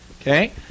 Okay